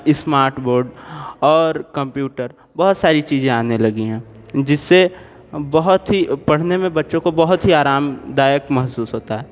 smart board और computer बहुत सारी चीज़ें आने लगी हैं जिससे बहुत ही पढ़ने में बच्चों को बहुत ही आरामदायक महसूस होता है